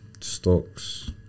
Stocks